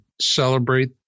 celebrate